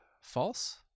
False